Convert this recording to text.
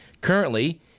Currently